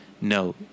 No